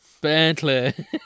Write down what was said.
Bentley